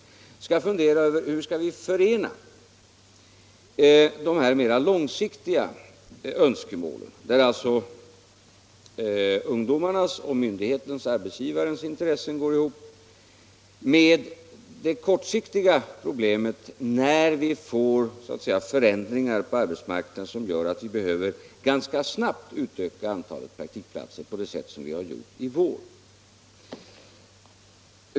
Vi skall fundera över hur vi kan förena dessa mera långsiktiga önskemål — där alltså ung domarnas och myndighetens-arbetsgivarens intressen går ihop — med det kortsiktiga problemet när vi får förändringar på arbetsmarknaden som gör att vi ganska snabbt behöver utöka antalet praktikplatser på det sätt som vi har gjort i vår.